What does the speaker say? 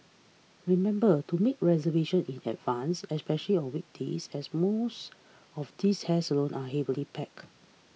remember to make reservation in advance especially on weekends as most of these hair salons are heavily packed